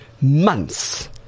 months